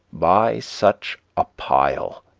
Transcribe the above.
by such a pile